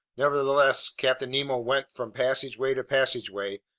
nevertheless, captain nemo went from passageway to passageway,